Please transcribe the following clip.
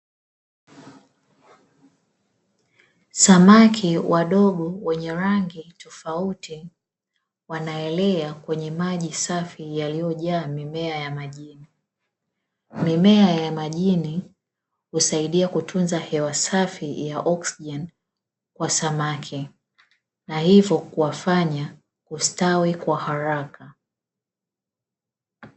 Samaki wadogo wenye rangi tofauti wanaelea kwenye maji safi yaliyojaa mimea ya majini. Mimea ya majini husaidia kutunza hewa safi ya oksijeni kwa samaki na hivyo kuwafanya kustawi kwa haraka.